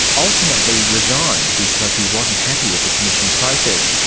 ultimately resigned because he wasn't happy with the commission process.